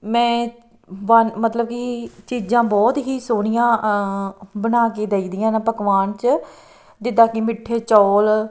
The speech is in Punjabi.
ਮੈਂ ਬਾ ਮਤਲਬ ਕਿ ਚੀਜ਼ਾਂ ਬਹੁਤ ਹੀ ਸੋਹਣੀਆਂ ਬਣਾ ਕੇ ਦੇਈ ਦੀਆਂ ਨਾ ਪਕਵਾਨ 'ਚ ਜਿੱਦਾਂ ਕਿ ਮਿੱਠੇ ਚੌਲ